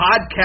podcast